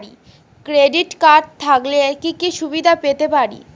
Credit card থাকলে কি কি সুবিধা পেতে পারি?